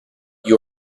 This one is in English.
you